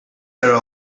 are